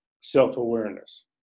self-awareness